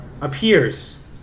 appears